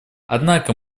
однако